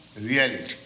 reality